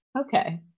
okay